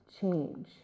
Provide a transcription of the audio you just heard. change